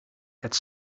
het